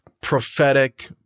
prophetic